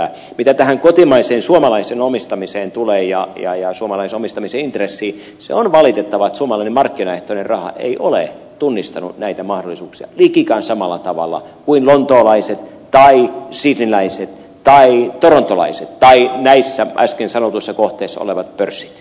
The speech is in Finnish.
mitä tähän kotimaiseen suomalaiseen omistamiseen tulee ja suomalaisomistamisen intressiin niin on valitettavaa että suomalainen markkinaehtoinen raha ei ole tunnistanut näitä mahdollisuuksia likikään samalla tavalla kuin lontoolaiset tai sydneyläiset tai torontolaiset tai näissä äsken sanotuissa kohteissa olevat pörssit